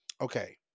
Okay